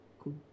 Cool